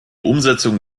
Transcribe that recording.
umsetzung